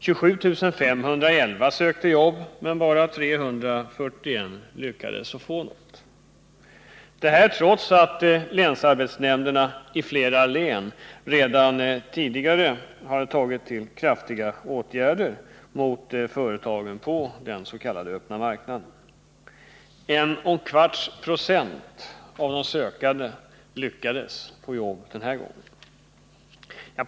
27 511 sökte jobb, men bara 341 lyckades få det, detta trots att länsarbetsnämnderna i flera län redan tidigare hade tagit till kraftigare åtgärder mot företagen på den s.k. öppna marknaden. 11/4 96 av de sökande lyckades få jobb den här gången.